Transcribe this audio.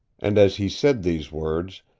and as he said these words,